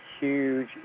huge